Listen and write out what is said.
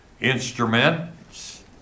instruments